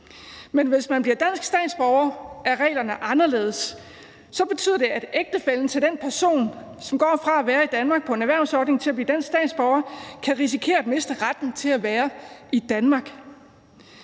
men hvis man bliver dansk statsborger, er reglerne anderledes. Så betyder det, at ægtefællen til den person, som går fra at være i Danmark på en erhvervsordning til at blive dansk statsborger, kan risikere at miste retten til at være i Danmark.